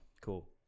Cool